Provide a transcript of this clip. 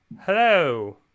Hello